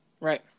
Right